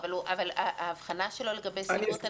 אבל האבחנה שלו לגבי סיבות הנשירה,